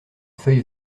feuille